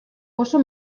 oso